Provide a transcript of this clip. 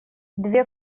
две